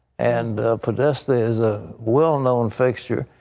and podesta is a well-known fixture.